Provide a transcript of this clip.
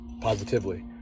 positively